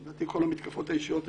לדעתי כל המתקפות האישיות האלה,